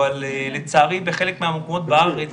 אבל לצערי בחלק מהמקומות בארץ